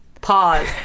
pause